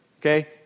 okay